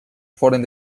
foren